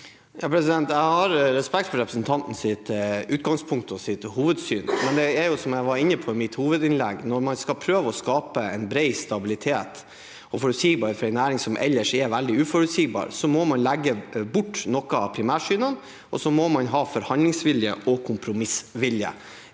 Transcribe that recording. Jeg har respekt for representantens utgangspunkt og hans hovedsyn, men som jeg var inne på i mitt hovedinnlegg, er det slik at når man skal prøve å skape en bred stabilitet og forutsigbarhet for en næring som ellers er veldig uforutsigbar, må man legge bort noen av sine primærsyn. Til syvende og sist må man ha forhandlingsvilje og kompromissvilje.